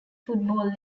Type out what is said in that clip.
football